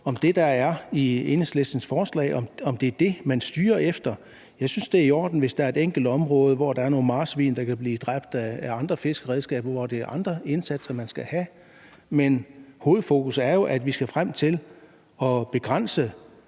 om det, der er i Enhedslistens forslag, er det, man styrer efter. Jeg synes, det er i orden, hvis der er et enkelt område, hvor der er nogle marsvin, der kan blive dræbt af andre fiskeredskaber, og hvor det er andre indsatser, man skal have, men hovedfokus er jo, at vi skal frem til at begrænse